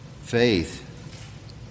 Faith